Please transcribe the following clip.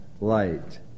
light